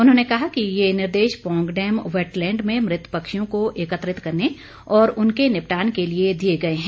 उन्होंने कहा कि ये निर्देश पोंग डैम वैटलैण्ड में मृत पक्षियों को एकित्रत करने और उनके निपटान के लिए दिए गए है